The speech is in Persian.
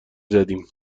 زدیم